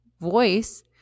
voice